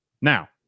Now